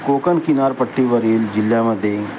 कोकण किनारपट्टीवरील जिल्ह्यामध्ये